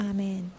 Amen